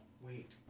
wait